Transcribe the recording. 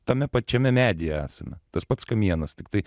tame pačiame medyje esame tas pats kamienas tiktai